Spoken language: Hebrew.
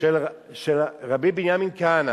של רבי בנימין כהנא,